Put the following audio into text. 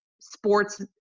sports